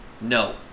no